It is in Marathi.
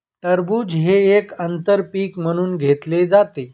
टरबूज हे एक आंतर पीक म्हणून घेतले जाते